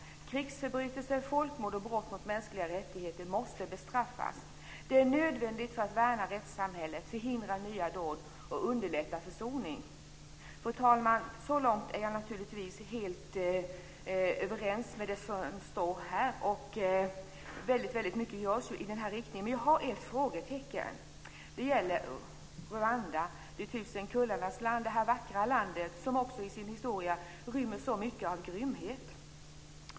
Krigsförbrytelser, folkmord och brott mot mänskligheten måste bestraffas. Det är nödvändigt för att värna rättssamhället, förhindra nya dåd och underlätta försoning. Fru talman! Så långt är jag naturligtvis helt överens med det som sades här. Väldigt mycket görs i denna riktning. Men jag har ett frågetecken. Det gäller Rwanda, de tusen kullarnas land. Det är det vackra land, som också i sin historia rymmer mycket grymhet.